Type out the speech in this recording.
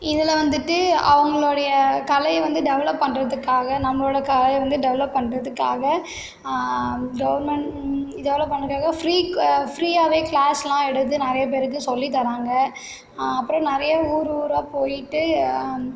இதில் வந்துட்டு அவங்களோடைய கலையை வந்து டெவலப் பண்ணுறதுக்காக நம்மளோடய கலையை வந்து டெவலப் பண்ணுறதுக்காக கவர்மெண்ட் டெவலப் பண்ணுறதுக்காக ஃப்ரீ ஃப்ரீயாவே க்ளாஸ்லாம் எடுத்து நிறைய பேருக்கு சொல்லித்தறாங்க அப்புறம் நிறைய ஊர் ஊராக போயிட்டு